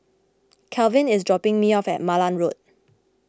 Kalvin is dropping me off at Malan Road